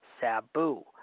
Sabu